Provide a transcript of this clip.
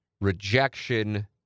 rejection